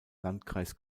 landkreis